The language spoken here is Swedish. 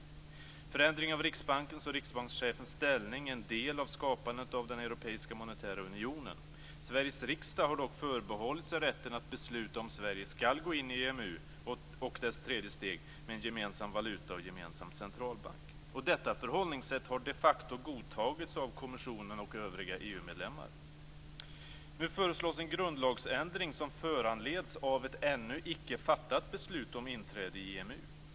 Förändringen av Riksbankens och riksbankschefens ställning är en del av skapandet av den europeiska monetära unionen. Sveriges riksdag har dock förbehållit sig rätten att besluta om Sverige skall gå in i EMU och dess tredje steg med en gemensam valuta och en gemensam centralbank. Detta förhållningssätt har de facto godtagits av kommissionen och övriga Nu föreslås en grundlagsändring som föranleds av ett ännu icke fattat beslut om inträde i EMU.